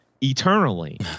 eternally